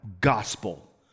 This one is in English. gospel